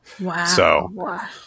Wow